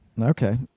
Okay